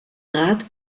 rat